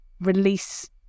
release